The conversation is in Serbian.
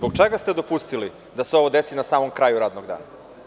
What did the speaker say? Zbog čega ste dopustili da se ovo desi na samom kraju radnog dana?